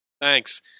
Thanks